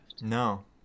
No